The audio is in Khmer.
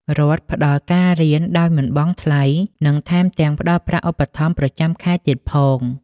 រដ្ឋផ្ដល់ការរៀនដោយមិនបង់ថ្លៃ និងថែមទាំងផ្ដល់ប្រាក់ឧបត្ថម្ភប្រចាំខែទៀតផង។